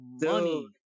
money